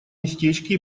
местечке